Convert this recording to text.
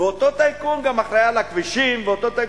ואותו טייקון גם אחראי על הכבישים, ואותו טייקון,